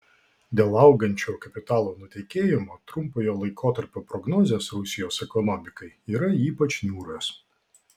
dėl augančio kapitalo nutekėjimo trumpojo laikotarpio prognozės rusijos ekonomikai yra ypač niūrios